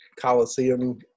Coliseum